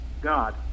God